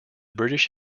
british